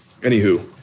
anywho